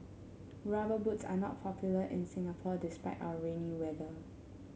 rubber boots are not popular in Singapore despite our rainy weather